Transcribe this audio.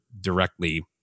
directly